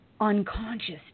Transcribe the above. unconscious